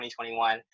2021